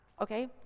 Okay